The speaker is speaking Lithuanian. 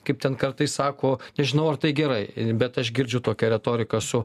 kaip ten kartais sako nežinau ar tai gerai bet aš girdžiu tokią retoriką su